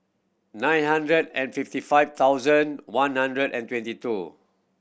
nine hundred and fifty five thousand one hundred and twenty two